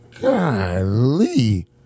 Golly